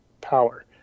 power